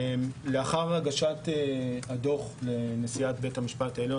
לאחר הגשת הדוח לנשיאת בית המשפט העליון,